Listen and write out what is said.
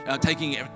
taking